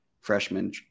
freshman